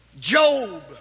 Job